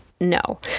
No